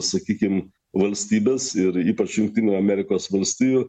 sakykim valstybes ir ypač jungtinių amerikos valstijų